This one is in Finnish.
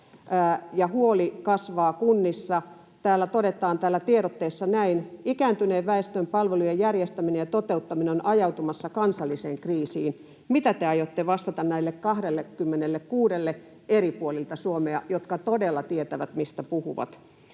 huoli kasvaa kunnissa. Täällä tiedotteessa todetaan näin: ”Ikääntyneen väestön palvelujen järjestäminen ja toteuttaminen on ajautumassa kansalliseen kriisiin.” Mitä te aiotte vastata näille 26:lle eri puolilta Suomea, jotka todella tietävät, mistä puhuvat?